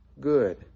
good